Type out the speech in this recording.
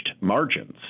margins